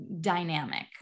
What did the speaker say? dynamic